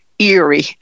eerie